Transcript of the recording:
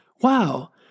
Wow